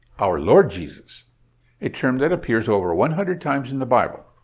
our lord jesus a term that appears over one hundred times in the bible.